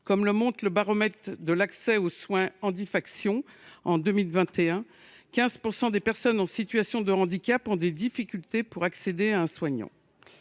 Comme le montre le baromètre de l’accès aux soins Handifaction, 15 % des personnes en situation de handicap ont éprouvé en 2021 des difficultés pour accéder à un soignant.